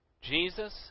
Jesus